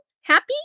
happy